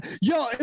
yo